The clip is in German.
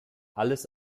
alles